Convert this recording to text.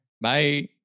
Bye